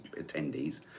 attendees